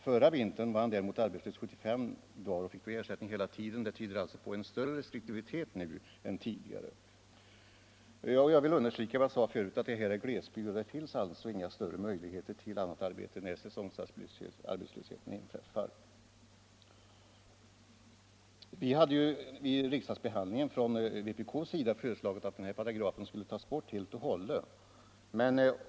Förra vintern var han däremot arbetslös 75 dagar och fick då ersättning hela tiden. Det tyder på en större restriktivitet nu än tidigare. Jag vill understryka vad jag sade förut, att det här är glesbygd. Det finns således inte några större möjligheter till annat arbete när säsongarbetslöshet inträffar. Vi hade från vpk vid riksdagsbehandlingen föreslagit att den här paragrafen skulle tas bort helt och hållet.